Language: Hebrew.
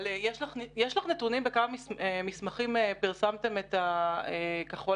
יש לך נתונים בכמה מסמכים פרסמתם כחול